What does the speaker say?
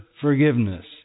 forgiveness